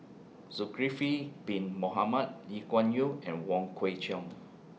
Zulkifli Bin Mohamed Lee Kuan Yew and Wong Kwei Cheong